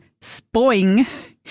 spoing